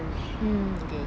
mmhmm